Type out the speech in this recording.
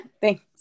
Thanks